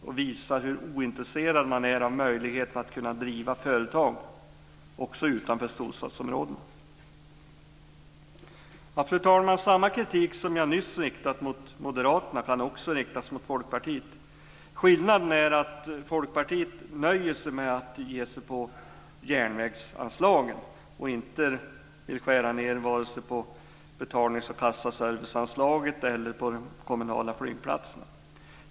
Det visar hur ointresserad man är av möjligheterna att driva företag också utanför storstadsområdena. Fru talman! Samma kritik som jag nyss har riktat mot Moderaterna kan också riktas mot Folkpartiet. Skillnaden är att Folkpartiet nöjer sig med att ge sig på järnvägsanslagen. De vill inte skära ned vare sig anslaget för betalnings och kassaservice eller de kommunala flygplatserna.